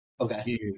Okay